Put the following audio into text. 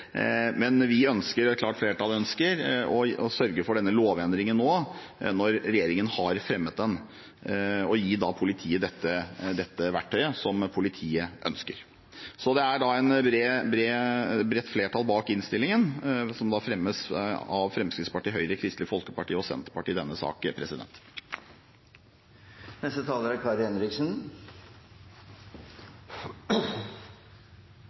men vi og et klart flertall ønsker å sørge for denne lovendringen nå, når regjeringen har fremmet den, og å gi politiet dette verktøyet som de ønsker. Så det er et bredt flertall bak innstillingen, som altså i denne saken fremmes av Fremskrittspartiet, Høyre, Kristelig Folkeparti og Senterpartiet.